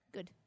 Good